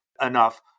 enough